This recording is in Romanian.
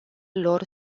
lor